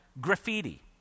Graffiti